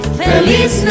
feliz